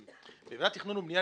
בוועדות התכנון והבנייה,